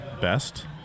best